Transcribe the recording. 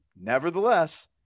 Nevertheless